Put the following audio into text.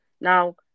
now